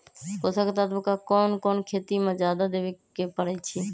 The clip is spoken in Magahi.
पोषक तत्व क कौन कौन खेती म जादा देवे क परईछी?